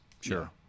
Sure